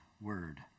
Word